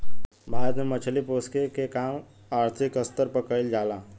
भारत में मछली पोसेके के काम आर्थिक स्तर पर कईल जा ला